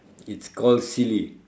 it's called silly